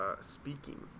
speaking